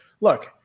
look